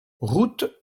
route